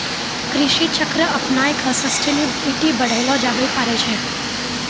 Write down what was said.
कृषि चक्र अपनाय क सस्टेनेबिलिटी बढ़ैलो जाबे पारै छै